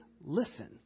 listen